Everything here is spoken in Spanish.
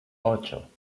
ocho